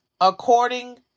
according